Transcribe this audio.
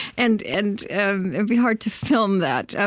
and and and it would be hard to film that.